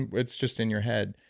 and it's just in your head.